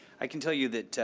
i can tell you that,